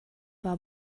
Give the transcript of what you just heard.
war